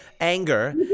anger